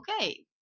okay